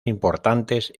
importantes